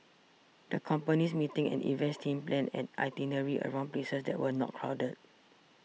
the company's meetings and events team planned an itinerary around places that were not crowded